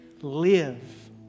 live